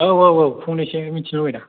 औ औ औ फंनैसो मिथिनो लुगैदां